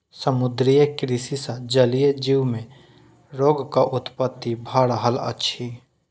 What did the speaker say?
समुद्रीय कृषि सॅ जलीय जीव मे रोगक उत्पत्ति भ रहल अछि